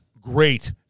great